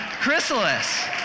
chrysalis